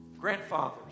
Grandfathers